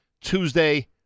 Tuesday